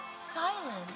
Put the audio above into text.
silence